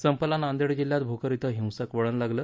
संपाला नांदेड जिल्ह्यात भोकर इथं हिंसक वळण लागलं